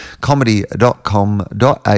comedy.com.au